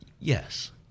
Yes